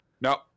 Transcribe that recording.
no